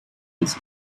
piece